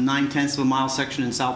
nine tenths of a mile section in south